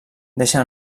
deixa